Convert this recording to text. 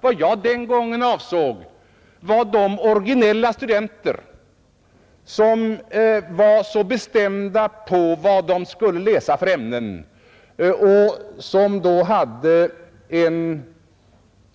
Vad jag den gången avsåg var de originella studenter som var så bestämda på vad de skulle läsa för ämnen och som då hade en